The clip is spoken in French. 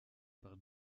par